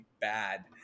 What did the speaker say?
bad